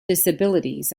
disabilities